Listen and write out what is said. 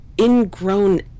Ingrown